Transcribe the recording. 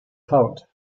poet